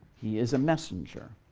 he is a messenger.